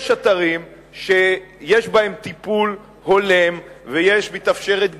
יש אתרים שיש בהם טיפול הולם ומתאפשרת גישה,